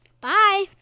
Bye